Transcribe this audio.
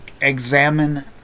examine